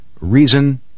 Reason